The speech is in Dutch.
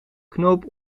knoop